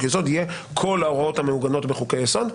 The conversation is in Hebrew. יסוד" יהיה כל ההוראות המעוגנות בחוקי יסוד.